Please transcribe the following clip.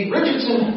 Richardson